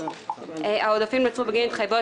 10-51-01. העודפים נוצרו בגין התחייבויות